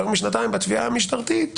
יותר משנתיים בתביעה המשטרתית